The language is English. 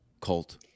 cult